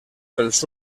pels